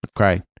Okay